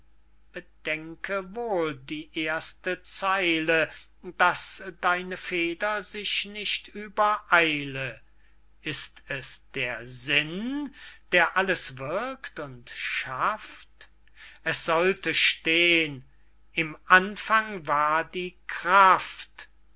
bedenke wohl die erste zeile daß deine feder sich nicht übereile ist es der sinn der alles wirkt und schafft es sollte stehn im anfang war die kraft